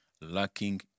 lacking